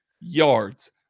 yards